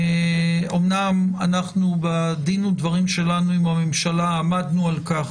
אמנם אנחנו בדין ודברים שלנו עם הממשלה עמדנו על כך